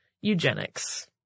eugenics